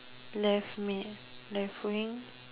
left mid left wing